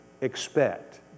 expect